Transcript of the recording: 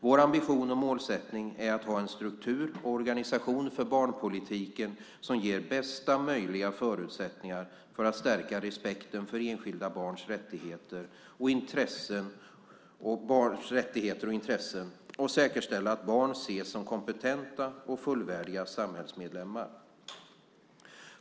Vår ambition och målsättning är att ha en struktur och organisation för barnpolitiken som ger bästa möjliga förutsättningar för att stärka respekten för enskilda barns rättigheter och intressen och säkerställa att barn ses som kompetenta och fullvärdiga samhällsmedlemmar.